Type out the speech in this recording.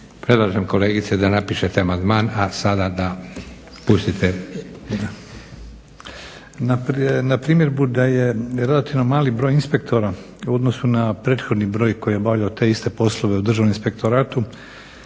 Predlažem kolegice da napišete amandman a sada da pustite. **Ivičić, Ratomir** Na primjedbu da je relativno mali broj inspektora u odnosu na prethodni broj koji je obavljao te iste poslove u državnom inspektoratu